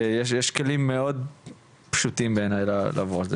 יש כלים מאוד פשוטים בעיני לעבור על זה.